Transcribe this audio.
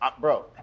Bro